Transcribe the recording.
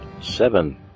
Seven